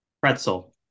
Pretzel